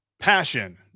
Passion